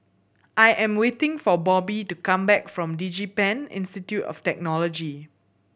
I am waiting for Bobbye to come back from DigiPen Institute of Technology